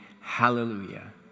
hallelujah